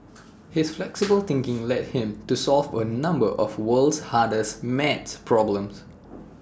his flexible thinking led him to solve A number of world's hardest math problems